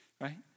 right